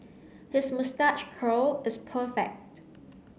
his moustache curl is perfect